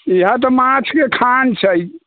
इएह तऽ माछके खान छै